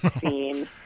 scene